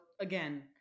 again